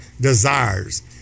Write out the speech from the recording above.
desires